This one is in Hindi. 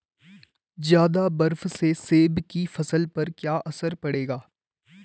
ज़्यादा बर्फ से सेब की फसल पर क्या असर पड़ेगा?